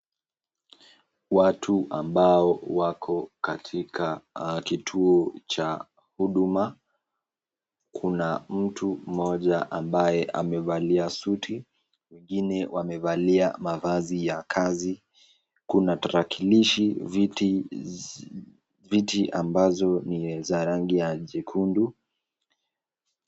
Watu ambao wako katika kituo cha huduma. Kuna mtu mmoja ambaye amevalia suti. Wengine wamevalia mavazi ya kazi. Kuna tarakilishi, viti ambazo ni za rangi ya jekundu.